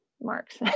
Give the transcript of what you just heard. marks